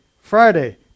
Friday